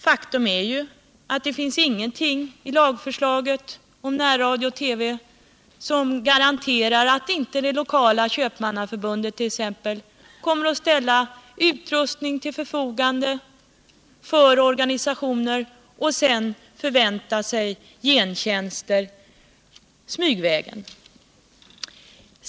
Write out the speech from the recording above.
Faktum är ju att det inte finns någonting i lagförslaget om närradio och när-TV som garanterar att inte t.ex. det lokala köpmannaförbundet kommer att ställa utrustning till förfogande för organisationer och sedan förvänta sig gentjänster smygvägen.